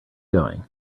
going